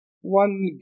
one